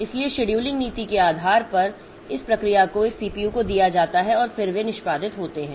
इसलिए शेड्यूलिंग नीति के आधार पर इस प्रक्रिया को इस CPU को दिया जाता है और फिर वे निष्पादित होते हैं